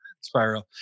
spiral